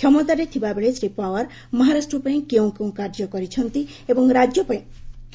କ୍ଷମତାରେ ଥିବାବେଳେ ଶ୍ରୀ ପାୱାର ମହାରାଷ୍ଟ୍ର ପାଇଁ କେଉଁ କେଉଁ କାର୍ଯ୍ୟ କରିଛନ୍ତି ଏବଂ ରାଜ୍ୟ ପାଇଁ